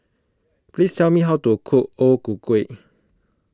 please tell me how to cook O Ku Kueh